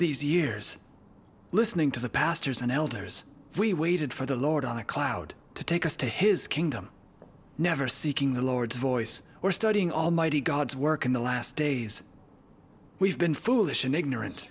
these years listening to the pastors and elders we waited for the lord on a cloud to take us to his kingdom never seeking the lord's voice or studying almighty god's work in the last days we've been foolish and ignoran